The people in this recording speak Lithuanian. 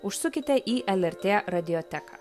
užsukite į lrt radioteką